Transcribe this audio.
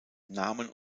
namen